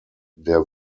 der